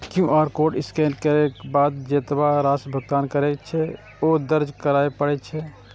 QR code scan करै के बाद जेतबा राशि भुगतान करै के छै, ओ दर्ज करय पड़ै छै